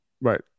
Right